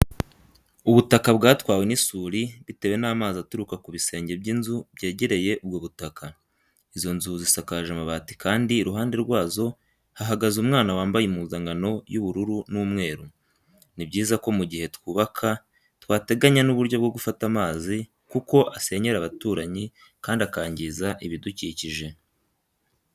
Ubutaka bwatwawe n'isuri bitewe n'amazi aturuka ku bisenge by'inzu byegereye ubwo butaka. Izo nzu zisakaje amabati kandi iruhande rwazo hahagaze umwana wambaye impuzankano y'ubururu n'umweru. Ni byiza ko mu gihe twubaka twateganya n'uburyo bwo gufata amazi, kuko asenyera abaturanyi kandi akangiza ibidukikije.